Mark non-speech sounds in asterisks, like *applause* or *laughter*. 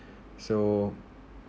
*breath* so